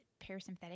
parasympathetic